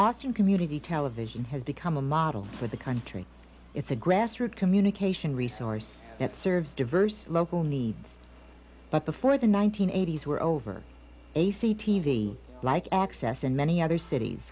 austin community television has become a model for the country it's a grassroots communication resource that serves diverse local needs but before the nine hundred and eighty s were over a c t v like access in many other cities